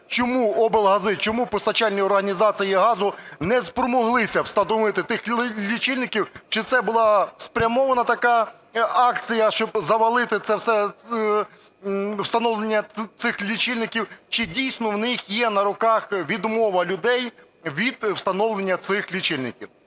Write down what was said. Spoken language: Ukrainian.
чому облгази, чому постачальні організації газу не спромоглися встановити тих лічильників, чи це була спрямована така акція, щоб завалити це все, встановлення цих лічильників, чи дійсно в них є на руках відмова людей від встановлення цих лічильників.